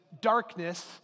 darkness